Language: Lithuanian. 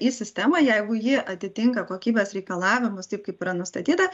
į sistemą jeigu ji atitinka kokybės reikalavimus taip kaip yra nustatyta